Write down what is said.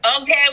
Okay